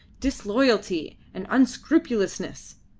disloyalty and unscrupulousness!